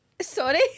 Sorry